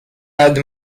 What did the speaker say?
add